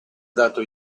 dato